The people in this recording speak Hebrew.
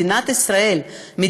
מדינת ישראל,